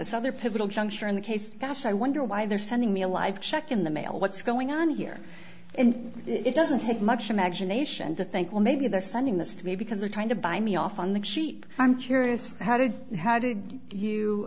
this other pivotal juncture in the case gosh i wonder why they're sending me a live check in the mail what's going on here and it doesn't take much imagination to think well maybe they're sending this to me because they're trying to buy me off on the cheap i'm curious how did you how did you